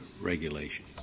regulation